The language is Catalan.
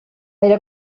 era